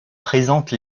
présente